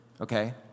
okay